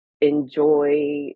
enjoy